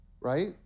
right